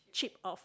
chip off